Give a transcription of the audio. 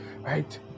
right